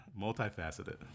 multifaceted